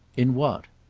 in what?